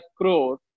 crore